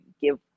give